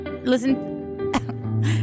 Listen